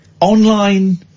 online